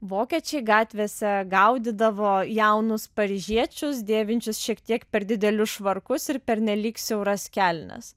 vokiečiai gatvėse gaudydavo jaunus paryžiečius dėvinčius šiek tiek per didelius švarkus ir pernelyg siauras kelnes